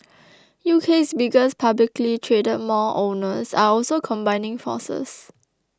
UK's biggest publicly traded mall owners are also combining forces